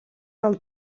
del